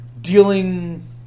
dealing